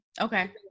Okay